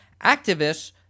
activists